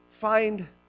find